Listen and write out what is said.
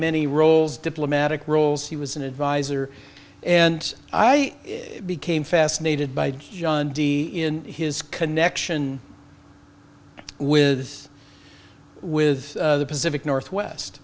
many roles diplomatic roles he was an advisor and i became fascinated by john d in his connection with with the pacific northwest